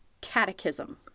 catechism